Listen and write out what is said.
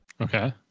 Okay